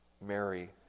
Mary